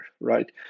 right